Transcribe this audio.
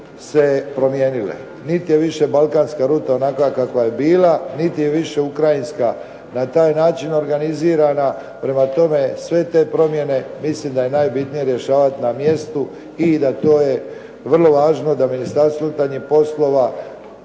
se promijenile. Niti je više balkanska ruta onakva kakva je bila, niti je više ukrajinska na taj način organizirana. Prema tome, sve te promjene mislim da je najbitnije rješavati na mjestu i da to je vrlo važno da Ministarstvo unutarnjih poslova